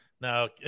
Now